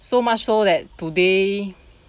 so much so that today